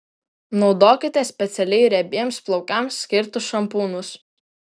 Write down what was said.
naudokite specialiai riebiems plaukams skirtus šampūnus